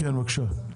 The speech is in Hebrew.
כן בבקשה.